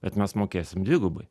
bet mes mokėsim dvigubai